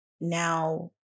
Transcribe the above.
now